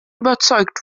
überzeugt